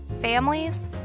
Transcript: families